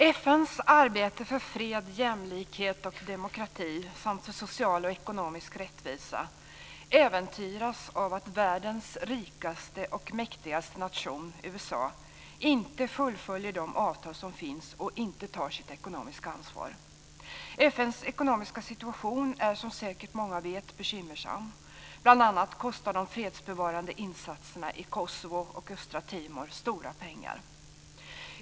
Fru talman! FN:s arbete för fred, jämlikhet och demokrati samt för social och ekonomisk rättvisa äventyras av att världens rikaste och mäktigaste nation, USA, inte fullföljer de avtal som finns och inte tar sitt ekonomiska ansvar. FN:s ekonomiska situation är, som säkert många vet, bekymmersam. Bl.a. kostar de fredsbevarande insatserna i Kosovo och Östtimor stora pengar.